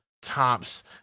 tops